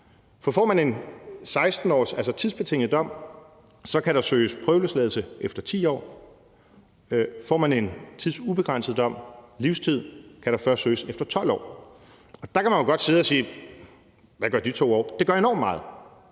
For får man en dom på 16 år, altså en tidsbetinget dom, kan der søges prøveløsladelse efter 10 år. Får man en tidsubegrænset dom, livstid, kan der først søges efter 12 år. Og der kan man jo godt sidde og sige: Hvad gør de 2 år? Det gør enormt meget.